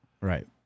Right